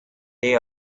they